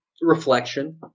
Reflection